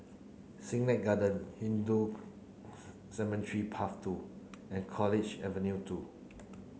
Siglap Garden Hindu Cemetery Path two and College Avenue two